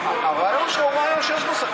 הרעיון הוא רעיון שיש לו שכל.